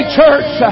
church